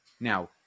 Now